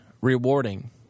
rewarding